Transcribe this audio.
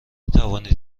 توانید